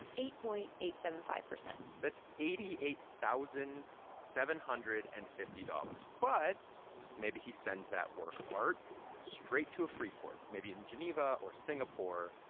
eight point eight seven five percent that's eighty eight thousand seven hundred and fifty dollars. but maybe he sends that work of art straight to a free port maybe in geneva or singapore.